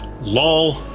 lol